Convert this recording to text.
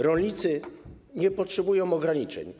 Rolnicy nie potrzebują ograniczeń.